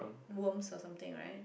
worm or something right